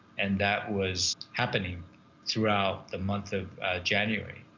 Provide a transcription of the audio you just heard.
and that was happening throughout the month of january,